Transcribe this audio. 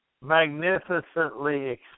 magnificently